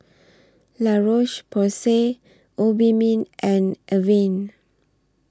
La Roche Porsay Obimin and Avene